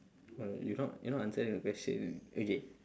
uh you not you not answering the question okay